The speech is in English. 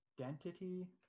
identity